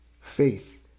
faith